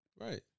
Right